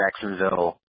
Jacksonville